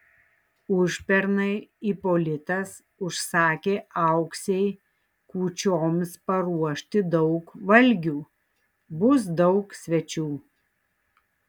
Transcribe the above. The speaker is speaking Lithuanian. užpernai ipolitas užsakė auksei kūčioms paruošti daug valgių bus daug svečių